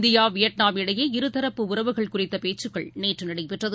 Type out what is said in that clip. India Vietnam இடையே இருதரப்பு உறவுகள் குறித்தபேச்சுக்கள் நேற்றுநடைபெற்றது